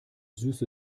süße